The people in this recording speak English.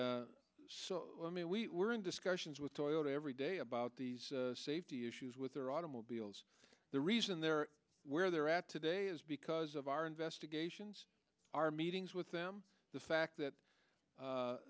and so i mean we were in discussions with toyota every day about these safety issues with their automobiles the reason they're where they're at today is because of our investigations our meetings with them the fact that